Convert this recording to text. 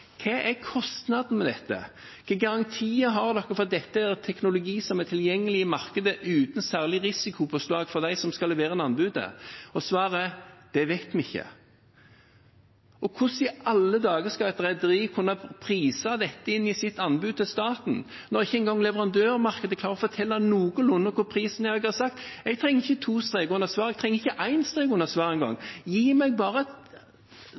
Hva er kostnaden med dette? Hvilke garantier har dere for at dette er teknologi som er tilgjengelig i markedet, uten noe særlig risikopåslag for dem som skal levere inn anbudet? Svaret er: Det vet vi ikke. Hvordan i alle dager skal et rederi kunne prise dette inn i sitt anbud til staten når ikke engang leverandørmarkedet klarer å fortelle noenlunde hva prisen blir. Jeg trenger ikke to streker under svaret, jeg trenger ikke én strek under svaret engang. Gi meg bare et